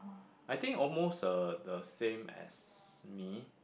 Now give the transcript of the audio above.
I think almost uh the same as me